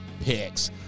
picks